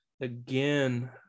again